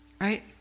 Right